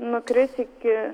nukris iki